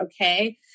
okay